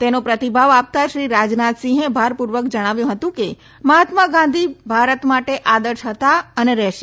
તેનો પ્રતિભાવ આપતા શ્રી રાજનાથસિંહે ભાર પૂર્વક જણાવ્યું હતું કે મહાત્મા ગાંધી ભારત માટે આદર્શ હતા અને રહેશે